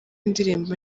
indirimbo